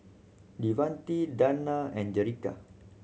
Devante Danna and Jerrica